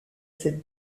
cette